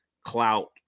clout